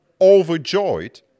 overjoyed